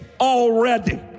already